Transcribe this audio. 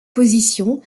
positions